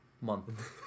month